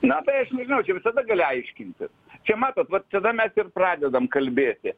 na tai aš nežinau visada gali aiškinti čia matot va tada mes ir pradedam kalbėti